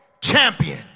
champion